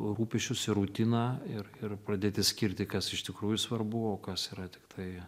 rūpesčius ir rutiną ir ir pradėti skirti kas iš tikrųjų svarbu o kas yra tiktai